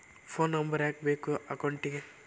Phone number ಯಾಕೆ ಬೇಕು ಅಕೌಂಟಿಗೆ?